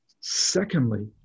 Secondly